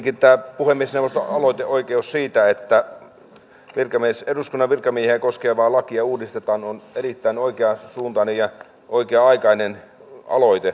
ensinnäkin tämä puhemiesneuvoston aloiteoikeus siitä että eduskunnan virkamiehiä koskevaa lakia uudistetaan on erittäin oikeansuuntainen ja oikea aikainen aloite